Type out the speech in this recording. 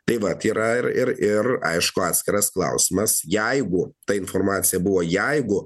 taip vat yra ir ir ir aišku atskiras klausimas jeigu ta informacija buvo jeigu